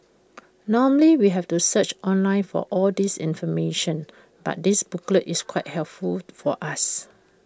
normally we have to search online for all this information but this booklet is quite helpful for us